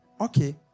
Okay